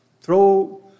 throw